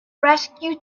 rescue